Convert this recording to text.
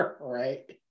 Right